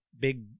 big